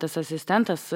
tas asistentas